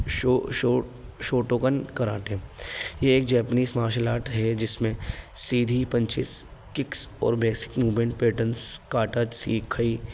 شو شو Shotokan karate یہ ایک جیپنیز مارشل آرٹ ہے جس میں سیدھی پنچیز ککس اور بیسک موومنٹ پیٹرنس کاٹا سکھائی